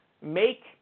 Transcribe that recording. make